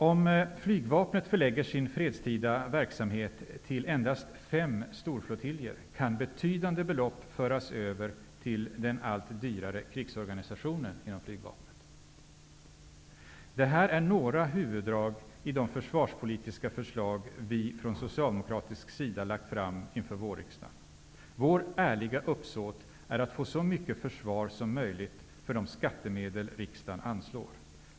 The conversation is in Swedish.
Om flygvapnet förlägger sin fredstida verksamhet till endast fem storflottiljer kan betydande belopp föras över till den allt dyrare krigsorganisationen. Det här är några huvuddrag i de försvarspolitiska förslag vi lagt fram från socialdemokratisk sida inför vårriksdagen. Vårt ärliga uppsåt är att få så mycket försvar som möjligt för de skattemedel riksdagen anslår.